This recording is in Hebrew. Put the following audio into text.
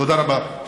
תודה רבה.